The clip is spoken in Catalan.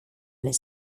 les